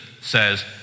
says